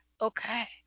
Okay